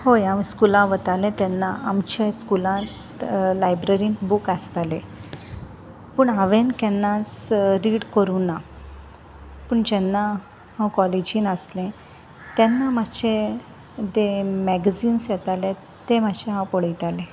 हय हांव स्कुलां वतालें तेन्ना आमच्या स्कुलांत लायब्ररीन बूक आसताले पूण हांवेन केन्नाच रीड करूं ना पूण जेन्ना हांव कॉलेजीन आसलें तेन्ना मातशे ते मॅगजिन्स येताले ते मातशें हांव पळयतालें